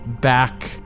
back